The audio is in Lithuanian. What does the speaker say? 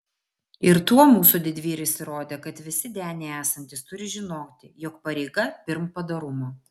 ir tuo mūsų didvyris įrodė kad visi denyje esantys turi žinoti jog pareiga pirm padorumo